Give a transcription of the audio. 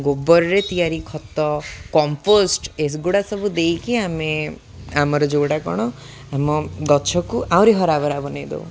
ଗୋବରରେ ତିଆରି ଖତ କମ୍ପୋଷ୍ଟ ଏଗୁଡ଼ା ସବୁ ଦେଇକି ଆମେ ଆମର ଯେଉଁଗୁଡ଼ା କ'ଣ ଆମ ଗଛକୁ ଆହୁରି ହରା ଭରା ବନାଇ ଦଉ